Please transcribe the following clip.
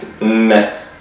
meh